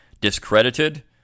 discredited